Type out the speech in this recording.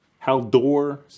Haldor